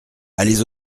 allez